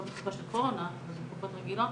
לא בתקופה של קורונה אבל בתקופות רגילות,